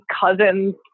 cousin's